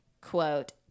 quote